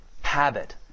habit